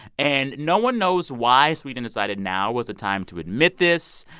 and no one knows why sweden decided now was the time to admit this.